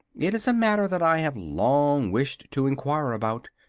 it is a matter that i have long wished to enquire about,